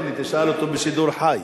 הנה, תשאל אותו בשידור חי.